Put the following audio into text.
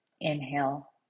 inhale